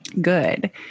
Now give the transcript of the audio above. good